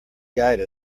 guide